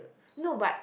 no but